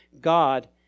God